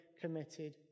committed